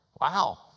Wow